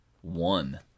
one